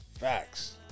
Facts